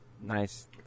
nice